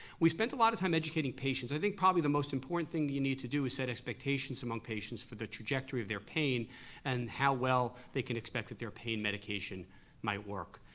we spent a lot of time educating patients. i think probably the most important thing you need to do is set expectations among patients for the trajectory of their pain and how well they can expect that their pain medication might work.